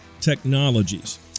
Technologies